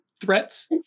threats